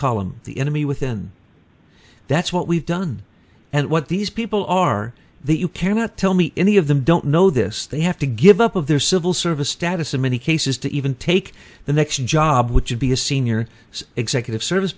column the enemy within that's what we've done and what these people are that you cannot tell me any of them don't know this they have to give up of their civil service status in many cases to even take the next job which would be a senior executive service